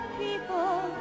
people